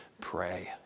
pray